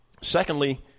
Secondly